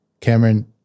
Cameron